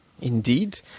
Indeed